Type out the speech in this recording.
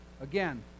again